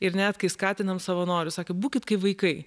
ir net kai skatinam savanorius sakom būkit kai vaikai